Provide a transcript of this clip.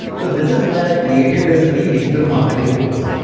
so this is why i've created this free digital marketing course.